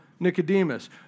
Nicodemus